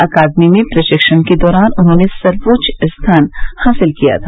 अकादमी में प्रशिक्षण के दौरान उन्होंने सर्वेच्च स्थान हासिल किया था